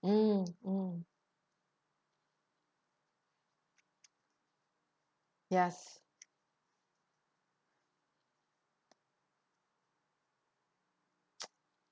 mm mm yes